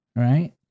right